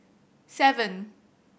seven